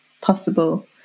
possible